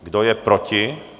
Kdo je proti?